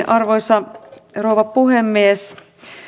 arvoisa rouva puhemies